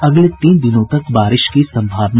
अगले तीन दिनों तक बारिश की संभावना